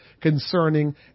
concerning